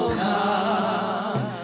come